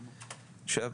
עכשיו,